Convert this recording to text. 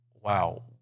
wow